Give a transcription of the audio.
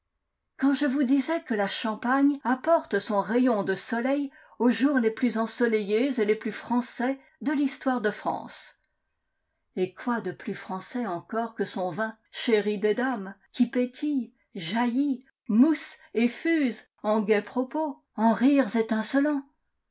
quand je vous disais que la champagne apporte son rayon de soleil aux jours les plus ensoleillés et les plus français de l'histoire de france et quoi de plus français encore que son vin chéri des dames qui pétille jaillit mousse et fuse en gais propos en rires étincelants